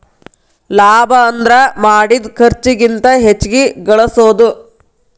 ಲಾಭ ಅಂದ್ರ ಮಾಡಿದ್ ಖರ್ಚಿಗಿಂತ ಹೆಚ್ಚಿಗಿ ಗಳಸೋದು